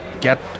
get